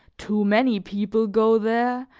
too many people go there,